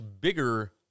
bigger